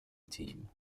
team